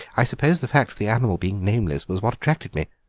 i suppose the fact of the animal being nameless was what attracted me.